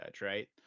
right